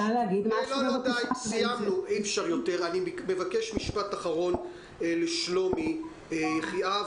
אני מבקש משפט אחרון לשלומי יחיאב,